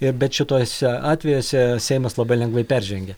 ir bet šituose atvejuose seimas labai lengvai peržengia